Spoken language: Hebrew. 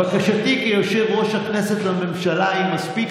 בקשתי כיושב-ראש הכנסת לממשלה היא מספיק